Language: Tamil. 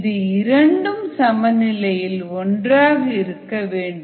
இது இரண்டும் சம நிலையில் ஒன்றாக இருக்க வேண்டும்